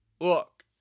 look